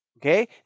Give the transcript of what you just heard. Okay